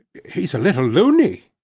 he's a little luny,